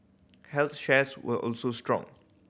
health shares were also strong